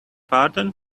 pardon